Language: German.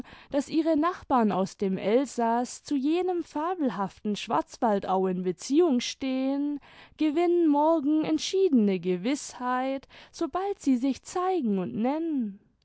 daß ihre nachbarn aus dem elsaß zu jenem fabelhaften schwarzwaldau in beziehung stehen gewinnen morgen entschiedene gewißheit sobald sie sich zeigen und nennen